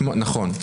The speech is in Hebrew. נכון.